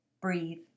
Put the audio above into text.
breathe